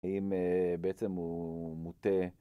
אם בעצם הוא מוטה.